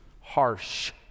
harsh